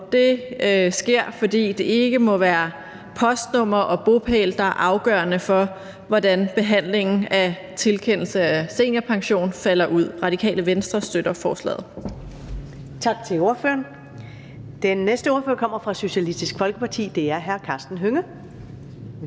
det sker, fordi det ikke må være postnummer og bopæl, der er afgørende for, hvordan behandlingen af tilkendelse af seniorpension falder ud. Radikale Venstre støtter forslaget. Kl. 15:50 Første næstformand (Karen Ellemann): Tak til ordføreren. Den næste ordfører kommer fra Socialistisk Folkeparti. Det er hr. Karsten Hønge.